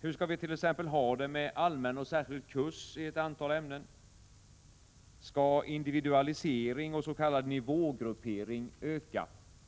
Hur skall vi t.ex. ha det med allmän och särskild kurs i ett antal ämnen? Skall individualisering och s.k. nivågruppering öka?